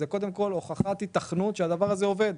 זה קודם כל הוכחת היתכנות שהדבר הזה עובד.